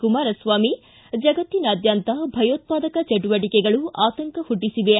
ಕುಮಾರಸ್ವಾಮಿ ಜಗತ್ತಿನಾದ್ಬಂತ ಭಯೋತ್ಪಾದಕ ಚಟುವಟಿಕೆಗಳು ಆತಂಕ ಪುಟ್ಷಿಸಿವೆ